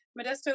Modesto